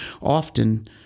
often